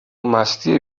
مستی